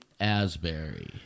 Asbury